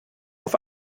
auf